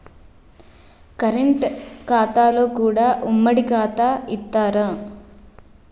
Current ఖాతాలో కూడా ఉమ్మడి ఖాతా ఇత్తరా?